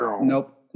nope